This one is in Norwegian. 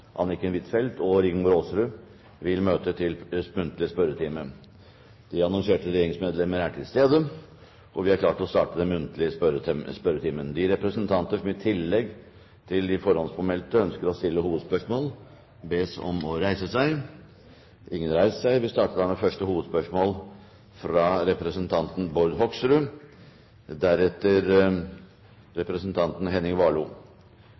Anniken Huitfeldt og Rigmor Aasrud vil møte til muntlig spørretime. De annonserte regjeringsmedlemmer er til stede, og vi er klare til å starte den muntlige spørretimen. De representanter som i tillegg til de forhåndspåmeldte ønsker å stille hovedspørsmål, bes om å reise seg. – Ingen har reist seg. Vi starter da med første hovedspørsmål, fra representanten Bård Hoksrud.